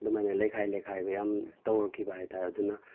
ꯑꯗꯨꯃꯥꯏꯅ ꯂꯩꯈꯥꯏ ꯂꯩꯈꯥꯏꯕ ꯌꯥꯝ ꯇꯧꯔꯛꯈꯤꯕ ꯍꯥꯏꯕꯇꯥꯔꯦ ꯑꯗꯨꯅ